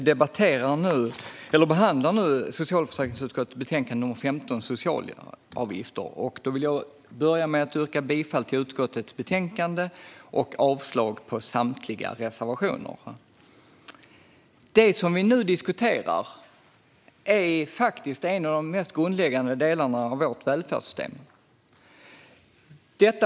Herr talman! Vi behandlar nu socialförsäkringsutskottets betänkande nr 15 Socialavgifter . Jag börjar med att yrka bifall till förslaget i utskottets betänkande och avslag på samtliga reservationer. Det vi nu diskuterar är en av de mest grundläggande delarna i vårt välfärdssystem.